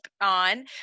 on